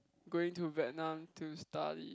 going to Vietnam to study